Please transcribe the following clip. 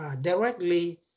directly